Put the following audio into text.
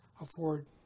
afford